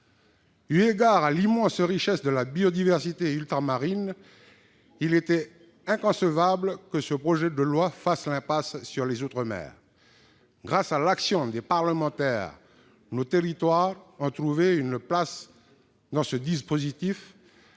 Eu égard à l'immense richesse de la biodiversité ultramarine, il était inconcevable que ce projet de loi fasse l'impasse sur les outre-mer. Grâce à l'action des parlementaires, nos territoires ont trouvé une place dans ce dispositif